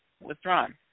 withdrawn